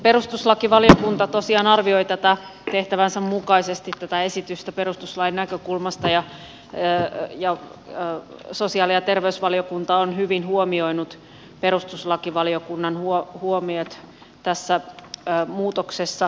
perustuslakivaliokunta tosiaan arvioi tehtävänsä mukaisesti tätä esitystä perustuslain näkökulmasta ja sosiaali ja terveysvaliokunta on hyvin huomioinut perustuslakivaliokunnan huomiot tässä muutoksessa